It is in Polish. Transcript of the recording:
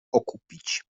okupić